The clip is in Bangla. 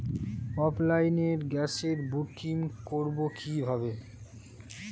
অফলাইনে গ্যাসের বুকিং করব কিভাবে?